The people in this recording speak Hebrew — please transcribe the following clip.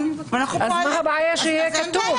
אז מה הבעיה שזה יהיה גם כתוב?